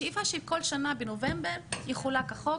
השאיפה היא שבכל שנה בנובמבר יחולק האות.